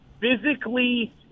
physically